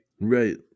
Right